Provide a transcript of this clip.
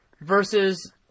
versus